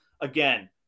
Again